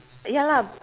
ya lah